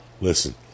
listen